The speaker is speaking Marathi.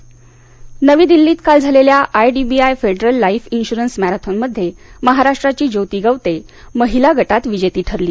मॅरेथॉन नवी दिल्लीत काल झालेल्या आयडीबीआय फेडरल लाईफ इन्श्युरन्स मॅराथनमध्ये महाराष्ट्राची ज्योती गवते महिला गटात विजेती ठरली